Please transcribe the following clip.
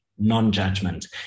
non-judgment